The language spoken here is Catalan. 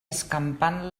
escampant